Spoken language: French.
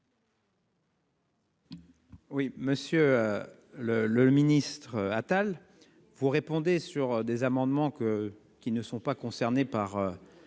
Oui monsieur. Le le le ministre Atal vous répondez sur des amendements que qui ne sont pas concernés par.